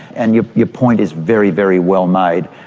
and your your point is very, very well made.